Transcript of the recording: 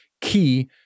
key